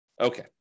Okay